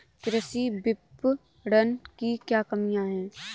कृषि विपणन की क्या कमियाँ हैं?